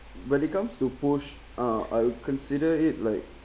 when it comes to push uh I'll consider it like